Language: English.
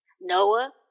Noah